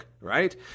right